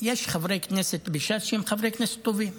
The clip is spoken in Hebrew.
יש חברי כנסת בש"ס שהם חברי כנסת טובים,